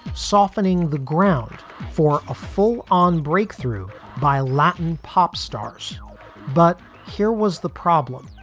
softening the ground for a full on breakthrough by latin pop stars but here was the problem.